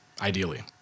ideally